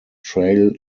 trail